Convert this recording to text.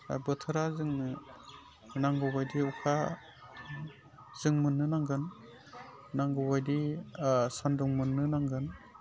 बोथोरा जोंनो नांगौबायदि अखा जों मोननो नांगोन नांगौ बायदि सान्दुं मोननो नांगोन